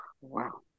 wow